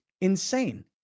Insane